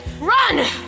Run